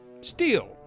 Steel